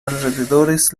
alrededores